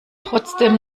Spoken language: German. trotzdem